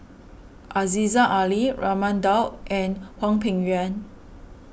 Aziza Ali Raman Daud and Hwang Peng Yuan